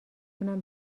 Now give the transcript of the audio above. تونم